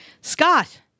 Scott